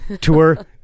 tour